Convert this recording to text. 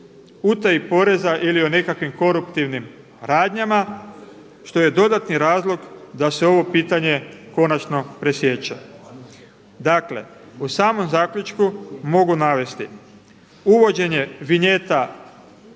utaji poreza ili o nekakvim koruptivnim radnjama što je dodatni razloga da se ovo pitanje konačno presječe. Dakle, u samom zaključku mogu navesti uvođenje vinjeta